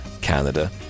Canada